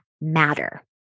matter